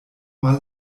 mal